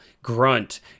grunt